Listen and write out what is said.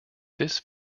this